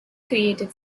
created